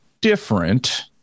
different